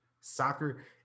soccer